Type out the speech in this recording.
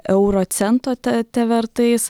euro cento ta tevertais